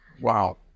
wow